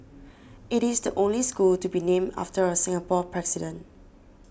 it is the only school to be named after a Singapore president